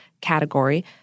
category